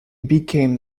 became